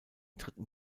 dritten